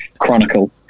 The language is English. chronicle